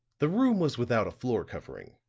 the room was without a floor covering.